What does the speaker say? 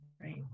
right